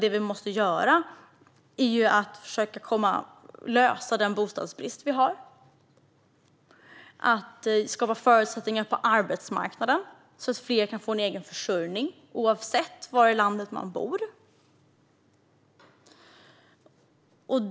Det vi måste göra är att försöka lösa den bostadsbrist vi har och att skapa förutsättningar på arbetsmarknaden så att fler kan få en egen försörjning, oavsett var i landet man bor.